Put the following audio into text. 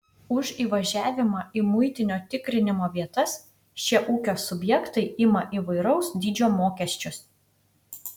už įvažiavimą į muitinio tikrinimo vietas šie ūkio subjektai ima įvairaus dydžio mokesčius